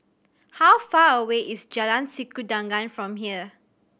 how far away is Jalan Sikudangan from here